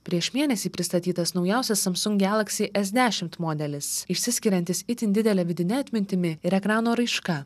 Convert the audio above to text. prieš mėnesį pristatytas naujausias samsung galaxy s dešimt modelis išsiskiriantis itin didele vidine atmintimi ir ekrano raiška